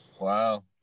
Wow